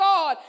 God